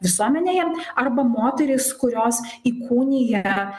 visuomenėje arba moterys kurios įkūnija